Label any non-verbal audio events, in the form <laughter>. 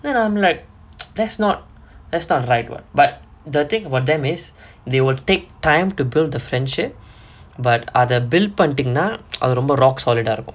then I'm like <noise> that's not that's not right what but the thing about them is they will take time to build the friendship but அத:atha build பண்டீங்கனா:panteenganaa <noise> அது ரொம்ப:athu romba rock solid ah இருக்கு:irukku